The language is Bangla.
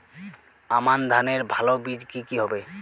আমান ধানের ভালো বীজ কি কি হবে?